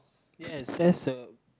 yes there's a